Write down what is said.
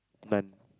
none